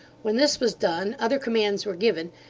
when this was done, other commands were given,